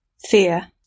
Fear